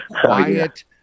quiet